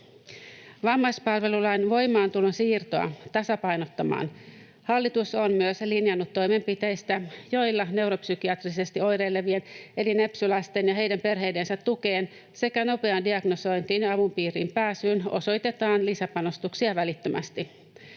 Vammaispalvelulain voimaantulon siirtoa tasapainottamaan hallitus on myös linjannut toimenpiteistä, joilla neuropsykiatrisesti oireilevien eli nepsy-lasten ja heidän perheidensä tukeen sekä nopeaan diagnosointiin ja avun piiriin pääsyyn osoitetaan lisäpanostuksia välittömästi.